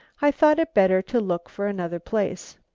i thought it better to look for another place.